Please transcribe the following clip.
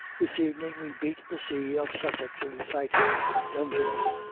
this evening we beat the sea of sussex in sight of dungeness,